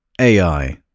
AI